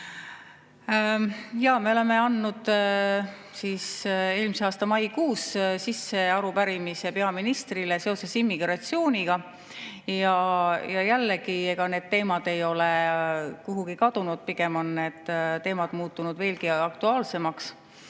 Jaa, me andsime siis eelmise aasta maikuus sisse arupärimise peaministrile seoses immigratsiooniga. Ja jällegi, ega need teemad ei ole kuhugi kadunud, pigem on need teemad muutunud veelgi aktuaalsemaks.